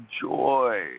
joy